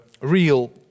real